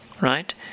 Right